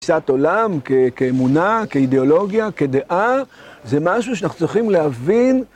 תפיסת עולם כאמונה, כאידיאולוגיה, כדעה, זה משהו שאנחנו צריכים להבין